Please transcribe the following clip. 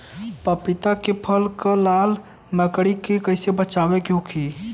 पपीता के फल के लाल मकड़ी से कइसे बचाव होखि?